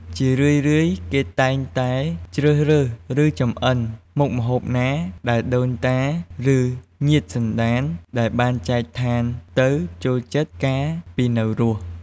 ជារឿយៗ គេតែងតែជ្រើសរើស ឬចម្អិនមុខម្ហូបណាដែលដូនតា ឬញាតិសន្ដានដែលបានចែកឋានទៅចូលចិត្តកាលពីនៅរស់។